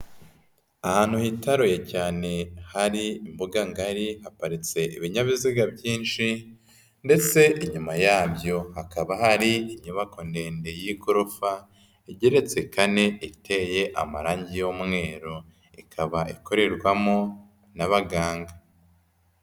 Ahantu hitaruye cyane hari imbuganga ngari, haparitse ibinyabiziga byinshi ndetse inyuma yabyo hakaba hari inyubako ndende y'igorofa, igeretse kane, iteye amarage y'umweru, ikaba ikorerwamo n'abaganga.